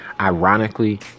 ironically